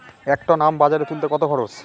এক টন আম বাজারে তুলতে কত খরচ?